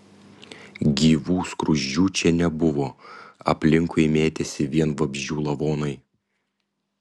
gyvų skruzdžių čia nebuvo aplinkui mėtėsi vien vabzdžių lavonai